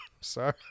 Sorry